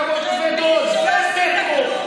להחיות את התיאוריה הזאת על ישראל הראשונה וישראל השנייה.